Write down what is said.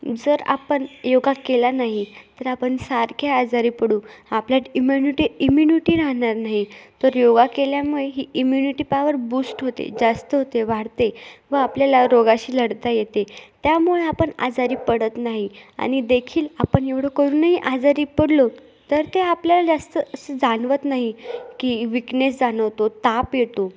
जर आपण योगा केला नाही तर आपण सारखे आजारी पडू आपल्यात इम्युनिटी इम्युनिटी राहणार नाही तर योगा केल्यामुळे ही इम्युनिटी पावर बूस्ट होते जास्त होते वाढते व आपल्याला रोगाशी लढता येते त्यामुळे आपण आजारी पडत नाही आणि देखील आपण एवढं करूनही आजारी पडलो तर ते आपल्याला जास्त असं जाणवत नाही की विकनेस जाणवतो ताप येतो